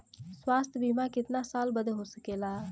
स्वास्थ्य बीमा कितना साल बदे हो सकेला?